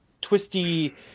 twisty